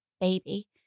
baby